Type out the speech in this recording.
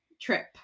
trip